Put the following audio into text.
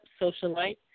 socialite